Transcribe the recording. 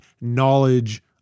knowledge